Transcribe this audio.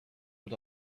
but